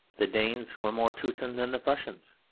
the danes were more teuton than the prussians.